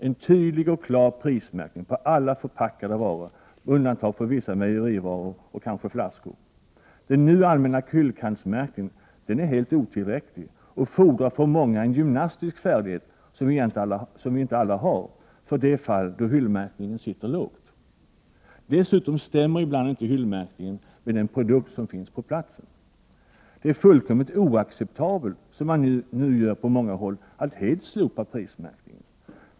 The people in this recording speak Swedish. En tydlig och klar prismärkning på alla förpackade varor, med undantag för vissa mejerivaror och kanske flaskor. Den nu allmänna hyllkantsmärkningen är helt otillräcklig och fordrar för många en gymnastisk färdighet som vi inte alla har, för de fall då hyllmärkningen sitter lågt. Dessutom stämmer ibland inte hyllkantsmärkningen med den produkt som finns på platsen. Det är fullkomligt oacceptabelt att, som man nu gör på många håll, helt slopa prismärkningen.